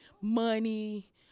Money